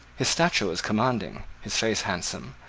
his stature was commanding, his face handsome,